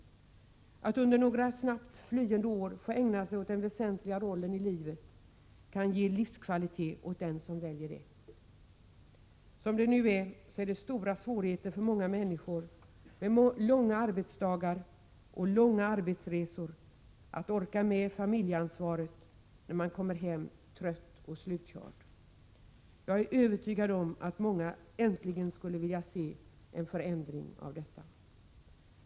Att under några snabbt flyende år få ägna sig åt den väsentliga rollen i livet kan ge livskvalitet åt den som väljer det. Som det nu är, är det stora svårigheter för många människor med långa arbetsdagar och långa arbetsresor att orka med familjeansvaret när man kommer hem, trött och slutkörd. Jag är övertygad om att många äntligen skulle vilja se en förändring av detta.